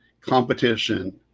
competition